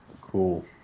Cool